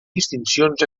distincions